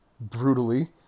brutally